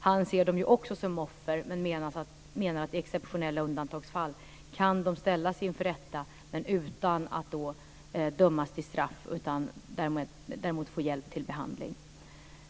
Han ser dem också som offer men menar att de i exceptionella undantagsfall kan ställas inför rätta men utan att då dömas till straff men däremot få hjälp till behandling.